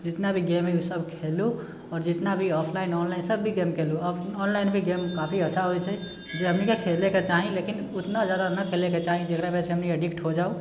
जितना भी गेम अइ ओसब खेलु आओर जितना भी ऑफलाइन ऑनलाइन सब भी गेम खेलु ऑनलाइन भी गेम काफी अच्छा होइत छै जे हमनीके खेलैके चाही लेकिन ओतना जादा नहि खेलैके चाही जेकरा वजह से हमनीके एडिक्ट हो जाउ